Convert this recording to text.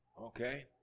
okay